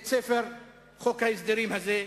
את ספר חוק ההסדרים הזה,